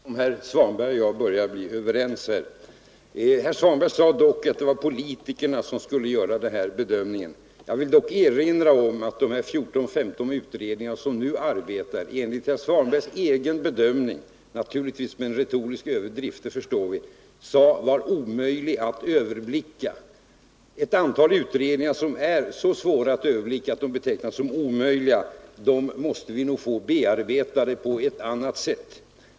Herr talman! Det verkar nästan som om herr Svanberg och jag börjar bli överens. Herr Svanberg sade att det var politikerna som skulle göra de här bedömningarna. Jag vill dock erinra om att herr Svanberg tidigare sade — naturligtvis med en retorisk överdrift, det förstår vi — att det är omöjligt att överblicka vad 14 eller 15 utredningar arbetar med. Ett antal utredningsresultat som är så svåra att överblicka, att det betecknas som omöjligt, måste vi nog få bearbetade på ett eller annat sätt.